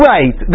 Right